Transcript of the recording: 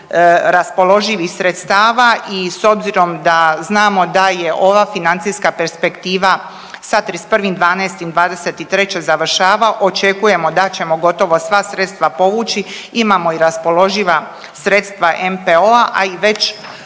raspoloživih sredstava i s obzirom da znamo da je ova financijska perspektiva sa 31.12.'23. završava, očekujemo da ćemo gotovo sva sredstva povući. Imamo i raspoloživa sredstva NPOO-a i već